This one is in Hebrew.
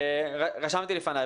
רשמתי לפני,